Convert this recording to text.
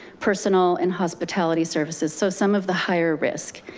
personal and hospitality services, so some of the higher risk.